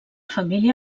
família